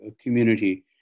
community